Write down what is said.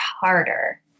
harder